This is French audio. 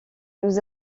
nous